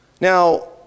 Now